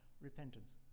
repentance